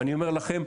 ואני אומר לכם,